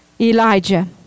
Elijah